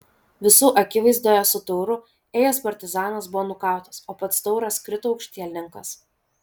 visų akivaizdoje su tauru ėjęs partizanas buvo nukautas o pats tauras krito aukštielninkas